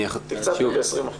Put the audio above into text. תקצבתם ב-20%.